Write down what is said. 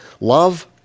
Love